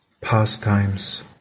pastimes